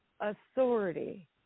authority